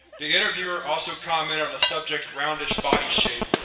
the interviewer also commented on the subject's roundish body shape,